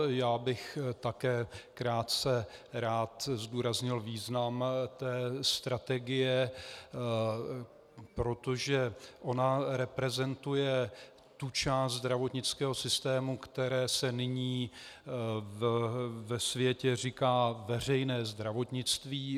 Já bych také krátce rád zdůraznil význam té strategie, protože ona reprezentuje tu část zdravotnického systému, které se nyní ve světě říká veřejné zdravotnictví.